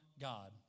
God